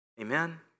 Amen